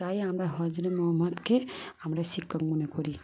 তাই আমরা হজরত মোহাম্মদকে আমরা শিক্ষক মনে করি